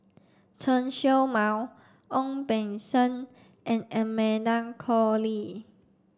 Chen Show Mao Ong Beng Seng and Amanda Koe Lee